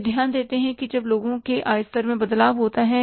वे ध्यान देते हैं कि जब लोगों के आय स्तर में बदलाव होता है